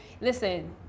listen